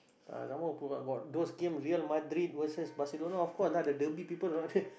ah some more got those game Real-Madrid versus Barcelona of course lah the people rahter